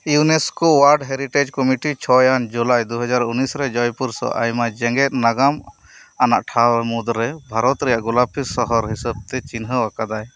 UNESCO world heritage committee ᱪᱷᱚᱭ ᱟᱱ ᱡᱩᱞᱟᱭ ᱫᱩᱦᱟᱡᱟᱨ ᱩᱱᱤᱥ ᱨᱮ ᱡᱚᱭᱯᱩᱨ ᱥᱚ ᱟᱭᱢᱟ ᱡᱮᱸᱜᱮᱫ ᱱᱟᱜᱟᱢ ᱟᱱᱟᱜ ᱴᱷᱟᱶ ᱢᱩᱫᱽᱨᱮ ᱵᱷᱟᱨᱚᱛ ᱨᱮᱭᱟᱜ ᱜᱳᱞᱟᱯᱤ ᱥᱚᱦᱚᱨ ᱦᱤᱥᱟᱹᱵᱽᱛᱮ ᱪᱤᱱᱦᱟᱹᱣ ᱟᱠᱟᱫᱟᱭ